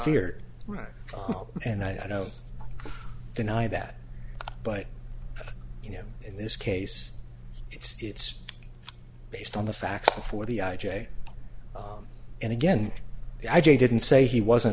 fear right now and i don't deny that but you know in this case it's it's based on the facts before the i j a and again i didn't say he wasn't